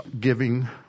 giving